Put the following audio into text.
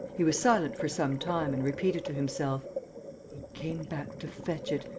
he was silent for some time and repeated to himself he came back to fetch it.